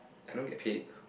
cannot get paid